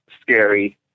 scary